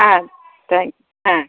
ஆ thanks ஆ